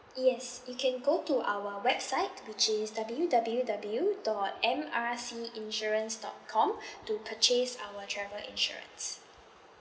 yes you can go to our website which is W W W dot M R C insurance dot com to purchase our travel insurance